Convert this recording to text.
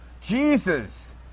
Jesus